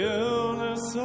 illness